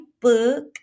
book